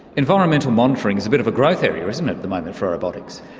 environmental monitoring is a bit of a growth area, isn't it, at the moment for robotics?